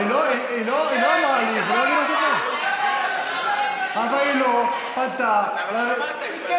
היא לא אמרה לי, אבל היא לא פנתה, אבל היא פנתה.